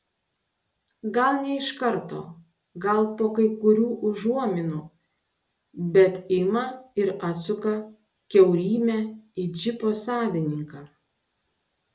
gal ne iš karto gal po kai kurių užuominų bet ima ir atsuka kiaurymę į džipo savininką